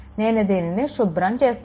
నేను దీనిని శుభ్రం చేస్తాను